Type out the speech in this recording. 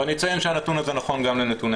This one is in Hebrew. ואני אציין שהנתון הזה נכון גם לנתוני